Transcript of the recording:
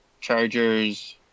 Chargers